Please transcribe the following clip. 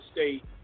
State